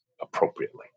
appropriately